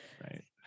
right